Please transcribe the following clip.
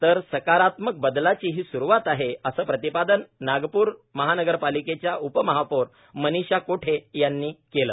तर सकारात्मक बदलाची ही स्रुवात आहे असे प्रतिपादन नागपूर महानगरपालिकेच्या उपमहापौर मनीषा कोठे यांनी केले